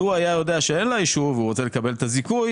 לו היה יודע שאין לה אישור והוא רוצה לקבל את הזיכוי,